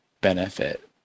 benefit